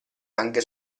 anche